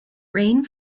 rain